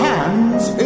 Hands